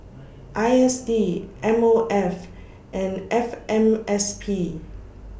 I S D M O F and F M S P